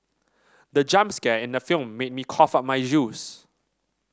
the jump scare in the film made me cough out my juice